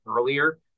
earlier